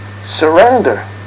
surrender